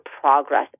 progress